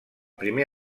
primer